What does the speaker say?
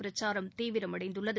பிரச்சாரம் தீவிரமடைந்துள்ளது